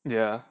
ya